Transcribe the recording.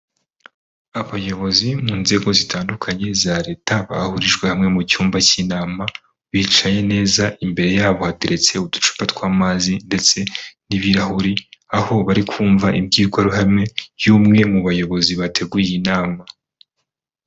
Abayobozi mu nzego zitandukanye za Leta bahurijwe hamwe mu cyumba cy'inama, bicaye neza imbere yabo hateretse uducupa tw'amazi ndetse n'ibirahuri, aho bari kumva imbwirwaruhame y'umwe mu bayobozi bateguye iyi inama.